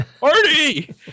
Party